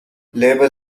labor